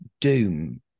Doom